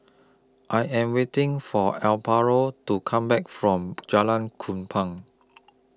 I Am waiting For Amparo to Come Back from Jalan Kupang